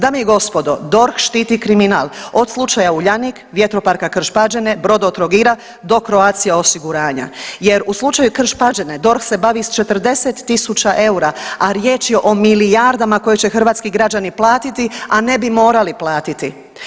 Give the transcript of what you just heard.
Dame i gospodo, DORH štiti kriminal od slučaja Uljanik, VP Krš-Pađene, Brodotrogira do Croatia osiguranja jer u slučaju Krš-Pađene DORH se bavi s 40.000 eura, a riječ je o milijardama koje će hrvatski građani platiti, a ne bi morali platiti.